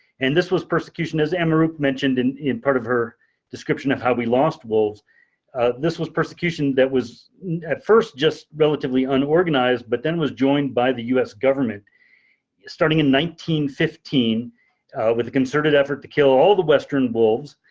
and this was persecution is amaroq mentioned and in part of her description of how we lost wolves this was persecution that was at first just relatively unorganized, but then was joined by the us government starting in one fifteen fifteen with a concerted effort to kill all the western wolves.